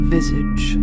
Visage